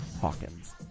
Hawkins